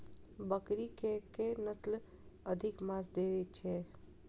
बकरी केँ के नस्ल अधिक मांस दैय छैय?